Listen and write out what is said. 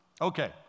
Okay